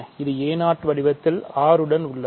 இது a0 வடிவத்தில் R உடன் உள்ளது